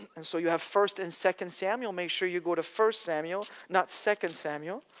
and so you have first and second samuel, make sure you go to first samuel, not second samuel.